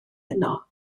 yno